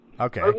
Okay